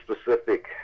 specific